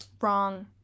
Wrong